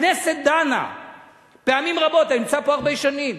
הכנסת דנה פעמים רבות, אני נמצא פה הרבה שנים,